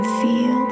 feel